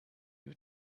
you